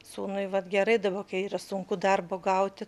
sūnui vat gerai dabar kai yra sunku darbo gauti